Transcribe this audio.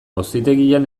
auzitegian